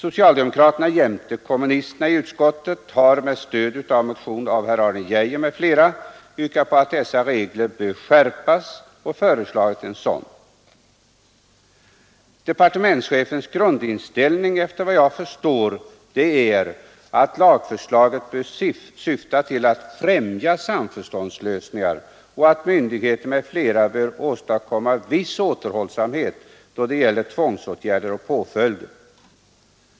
Socialdemokraterna jämte kommunisterna i utskottet har med stöd av motion av herr Arne Geijer i Stockholm m.fl. föreslagit en skärpning av dessa regler. Departementschefens grundinställning är, efter vad jag förstår, att lagförslaget bör syfta till att främja samförståndslösningar och att myndigheter m.fl. bör åstadkomma viss återhållsamhet då det gäller tvångsåtgärder och påföljder.